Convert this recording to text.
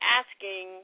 asking